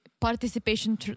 participation